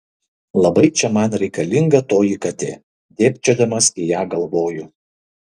labai čia man reikalinga toji katė dėbčiodamas į ją galvoju